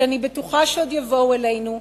שאני בטוחה שעוד יבואו אלינו,